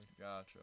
Gotcha